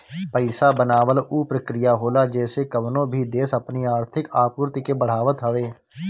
पईसा बनावल उ प्रक्रिया होला जेसे कवनो भी देस अपनी आर्थिक आपूर्ति के बढ़ावत हवे